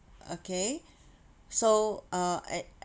okay so uh at